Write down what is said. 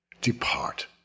Depart